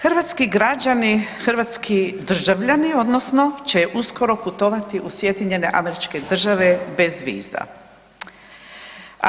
Hrvatski građani, hrvatski državljani odnosno, će uskoro putovati u SAD bez viza.